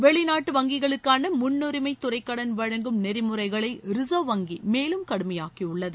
வெளிநாட்டு வங்கிகளுக்கான முன்னுரிமைத் துறை கடன் வழங்கும் நெறிமுறைகளை ரிசர்வ் வங்கி மேலும் கடுமையாக்கியுள்ளது